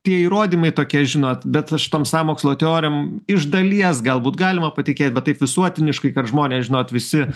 tie įrodymai tokie žinot bet aš tom sąmokslo teorijom iš dalies galbūt galima patikėt bet taip visuotiniškai kad žmonės žinot visi